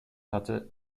hatte